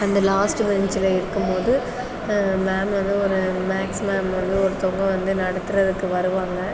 அந்த லாஸ்ட் பெஞ்சில் இருக்கும் போது மேம் வந்து ஒரு மேக்ஸ் மேம் வந்து ஓருத்தங்க வந்து நடத்தறதுக்கு வருவாங்க